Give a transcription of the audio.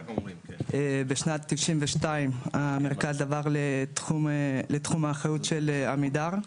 בשנת 1992 המרכז עבר לתחום האחריות של עמידר.